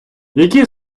які